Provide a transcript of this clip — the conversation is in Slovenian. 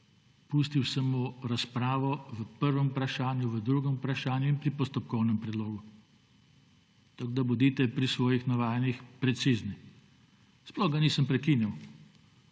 Pustil sem mu razpravo v prvem vprašanju, v drugem vprašanju in pri postopkovnem predlogu. Tako bodite pri svojih navajanjih precizni. Sploh ga nisem prekinjal.